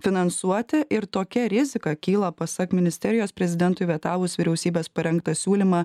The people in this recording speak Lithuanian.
finansuoti ir tokia rizika kyla pasak ministerijos prezidentui vetavus vyriausybės parengtą siūlymą